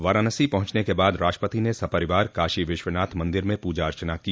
वाराणसी पहुंचने के बाद राष्ट्रपति ने सपरिवार काशी विश्वनाथ मंदिर में पूजा अर्चना की